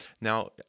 Now